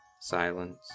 Silence